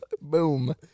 Boom